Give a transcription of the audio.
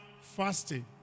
fasting